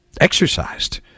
exercised